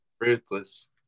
ruthless